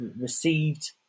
received